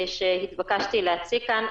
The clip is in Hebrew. שהתבקשתי להציג כאן.